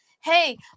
hey